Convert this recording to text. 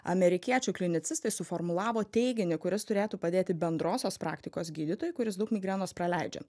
amerikiečių klinicistai suformulavo teiginį kuris turėtų padėti bendrosios praktikos gydytojui kuris daug migrenos praleidžia